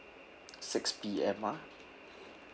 six P_M ah